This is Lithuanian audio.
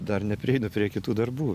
dar neprieinu prie kitų darbų